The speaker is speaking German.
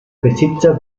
besitzer